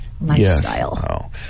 lifestyle